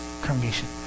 congregation